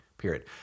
Period